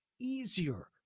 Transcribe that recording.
easier